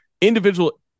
individual